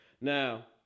Now